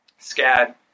SCAD